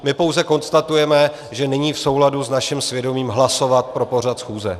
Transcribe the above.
My pouze konstatujeme, že není v souladu s naším svědomím hlasovat pro pořad schůze.